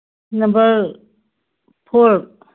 number four